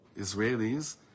Israelis